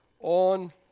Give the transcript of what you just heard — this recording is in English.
on